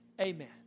Amen